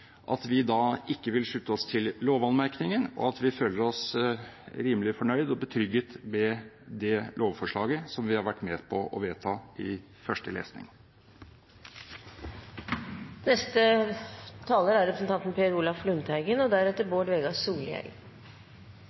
at vi da ikke vil slutte oss til lovanmerkningen, og at vi føler oss rimelig fornøyd og betrygget med det lovforslaget som vi har vært med på å vedta i første lesning. Det gjelder også EOS-kontrolloven, lovvedtak 130, jf. Innst. 431 L. Som representanten Tetzschner sa, er det nødvendig og